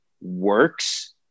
works